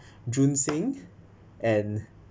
joon seng and